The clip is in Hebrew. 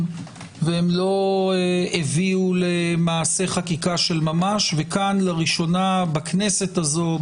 ולא הביאו למעשה חקיקה של ממש וכאן למעשה בכנסת הזו,